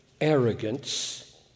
arrogance